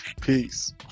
peace